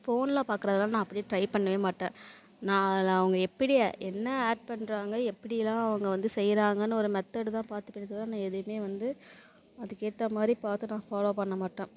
ஃபோனில் பாக்கிறதலாம் நான் அப்படியே ட்ரை பண்ணவே மாட்டேன் நான் அதை அவங்க எப்படி என்ன ஆட் பண்ணுறாங்க எப்படி எல்லாம் அவங்க வந்து செய்கிறாங்கனு ஒரு மெத்தர்டு தான் பாத்துப்பேனே தவிர நான் எதையும் வந்து அதுக்கு ஏற்ற மாதிரி பார்த்து நான் ஃபாலோவ் பண்ண மாட்டேன்